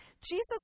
Jesus